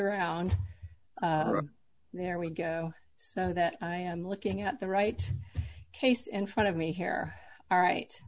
around there we go so that i am looking at the right case in front of me here all right